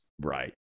Right